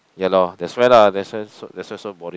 ya lor that's why lah that's why that's why so boring